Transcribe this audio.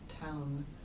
town